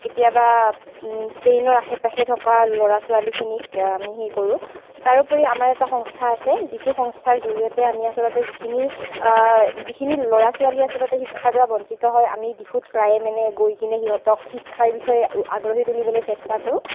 কেতিয়াবা ট্ৰেইনৰ আশে পাশে থকা ল'ৰা ছোৱালীখিনিক আমি সেই কৰোঁ তাৰোপৰি আমাৰ এটা সংস্থা আছে যিটো সংস্থাৰ জৰিয়তে আমি আচলতে যিখিনি যিখিনি ল'ৰা ছোৱালী আচলতে শিক্ষাৰ পৰা বঞ্চিত হয় আমি বহুত প্ৰায়ে মানে গৈ কিনে সিহঁতক শিক্ষাৰ বিষয়ে আগ্ৰহী তুলিবলৈ চেষ্টা কৰোঁ